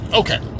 okay